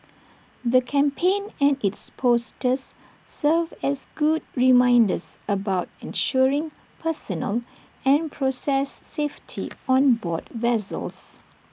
the campaign and its posters serve as good reminders about ensuring personal and process safety on board vessels